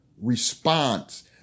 response